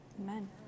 Amen